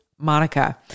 MONICA